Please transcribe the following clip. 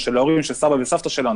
שלנו, של ההורים שלנו, של סבתא וסבא שלנו.